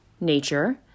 nature